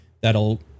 that'll